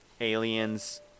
aliens